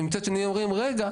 ומצד שני הם אומרים רגע,